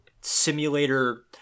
simulator